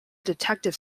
detective